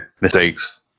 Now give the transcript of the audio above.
mistakes